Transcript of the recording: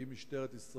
עם משטרת ישראל,